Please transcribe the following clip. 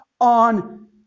on